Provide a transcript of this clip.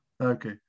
Okay